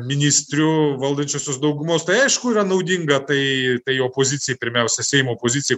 ministrių valdančiosios daugumos tai aišku yra naudinga tai tai opozicijai pirmiausia seimo opozicijai